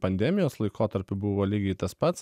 pandemijos laikotarpiu buvo lygiai tas pats